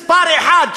מספר אחת,